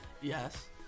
Yes